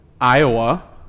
Iowa